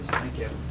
thank you.